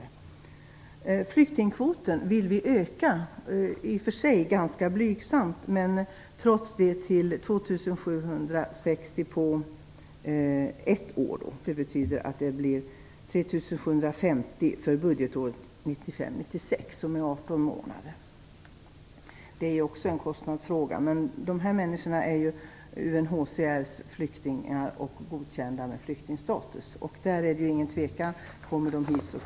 Vi vill öka flyktingkvoten - det är i och för sig en ganska blygsam ökning - till 2 760 för ett år. Det betyder att det blir 3 750 för budgetåret 1995/96 som är 18 månader. Det är en kostnadsfråga, men det handlar om människor som är UNHCR:s flyktingar och har flyktingstatus. Det är inget tvivel om det. Om de kommer hit får de stanna.